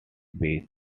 beach